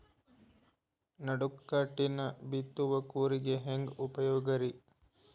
ನಡುಕಟ್ಟಿನ ಬಿತ್ತುವ ಕೂರಿಗೆ ಹೆಂಗ್ ಉಪಯೋಗ ರಿ?